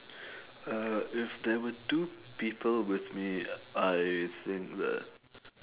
uh if there were two people with me I think that